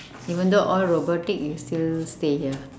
even though all robotics you still stay here